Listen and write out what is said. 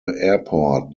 airport